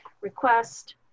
request